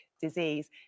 disease